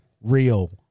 real